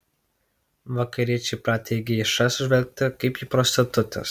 vakariečiai pratę į geišas žvelgti kaip į prostitutes